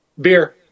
Beer